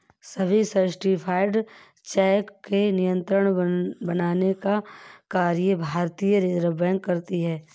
सभी certified cheque के नियम बनाने का कार्य भारतीय रिज़र्व बैंक करती है